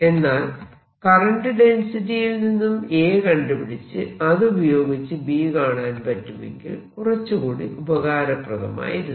എന്നാൽ കറന്റ് ഡെൻസിറ്റിയിൽ നിന്നും A കണ്ടുപിടിച്ച് അതുപയോഗിച്ച് B കാണാൻ പറ്റുമെങ്കിൽ കുറച്ചുകൂടെ ഉപകാരപ്രദമായിരുന്നു